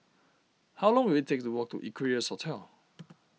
how long will it take to walk to Equarius Hotel